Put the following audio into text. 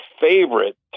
favorite